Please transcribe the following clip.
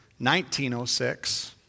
1906